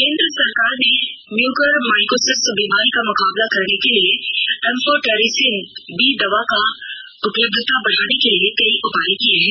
केन्द्र सरकार ने म्यूकोरमाइकोसिस बीमारी का मुकाबला करने के लिए एम्फोटेरिसिन बी दवा की उपलब्धता बढ़ाने के लिए कई उपाए किए हैं